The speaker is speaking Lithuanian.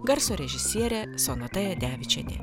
garso režisierė sonata jadevičienė